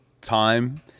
time